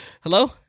Hello